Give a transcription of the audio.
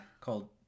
called